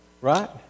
Right